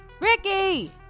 Ricky